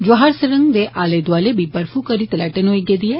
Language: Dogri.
ज्वाहर स्रंग दे आले दौआले बी बर्फू करी तलैटन होई गेदी ऐ